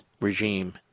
regime